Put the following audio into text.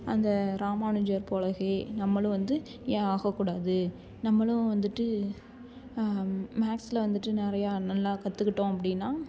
அந்த ராமானுஜர் போல நம்மளும் வந்து ஏன் ஆகக்கூடாது நம்மளும் வந்துட்டு மேக்ஸில் வந்துட்டு நிறையா நல்லா கத்துக்கிட்டோம் அப்படினா